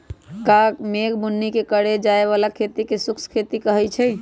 कम मेघ बुन्नी के करे जाय बला खेती के शुष्क खेती कहइ छइ